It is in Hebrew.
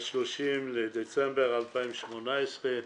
ה-30 בדצמבר 2018,